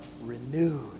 renewed